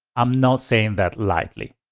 i'm not saying that lightly.